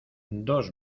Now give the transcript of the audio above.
dos